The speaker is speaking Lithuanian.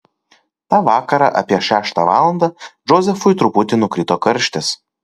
tą vakarą apie šeštą valandą džozefui truputį nukrito karštis